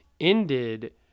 ended